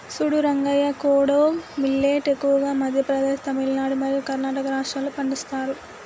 సూడు రంగయ్య కోడో మిల్లేట్ ఎక్కువగా మధ్య ప్రదేశ్, తమిలనాడు మరియు కర్ణాటక రాష్ట్రాల్లో పండిస్తారు